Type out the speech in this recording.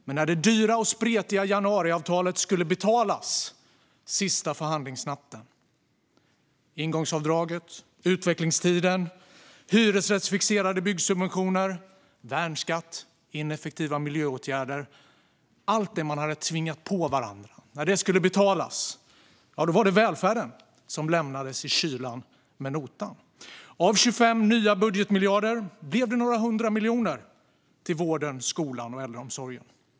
Men när det dyra och spretiga januariavtalet skulle betalas sista förhandlingsnatten - ingångsavdraget, utvecklingstiden, hyresrättsfixerade byggsubventioner, värnskatten, ineffektiva miljöåtgärder, det vill säga allt det som man tvingat på varandra - var det välfärden som lämnades i kylan med notan. Av 25 nya budgetmiljarder blev det några hundra miljoner till vården, skolan och äldreomsorgen.